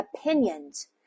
opinions